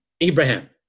Abraham